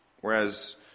Whereas